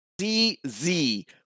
C-Z